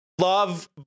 love